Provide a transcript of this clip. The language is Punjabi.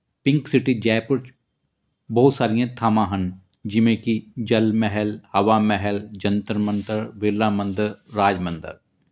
ਪਿੰਕ ਸਿਟੀ ਜੈਪੁਰ 'ਚ ਬਹੁਤ ਸਾਰੀਆਂ ਥਾਵਾਂ ਹਨ ਜਿਵੇਂ ਕਿ ਜਲ ਮਹਿਲ ਹਵਾ ਮਹਿਲ ਜੰਤਰ ਮੰਤਰ ਵਿਰਲਾ ਮੰਦਰ ਰਾਜ ਮੰਦਰ